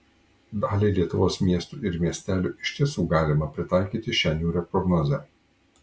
daliai lietuvos miestų ir miestelių iš tiesų galima pritaikyti šią niūrią prognozę